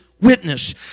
witness